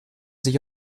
sich